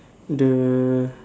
the